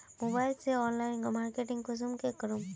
Mobile से online marketing कुंसम के करूम?